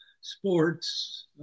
sports